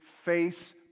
face